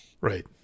Right